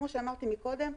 כמו שאמרתי קודם,